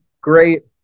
great